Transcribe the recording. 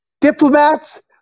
diplomats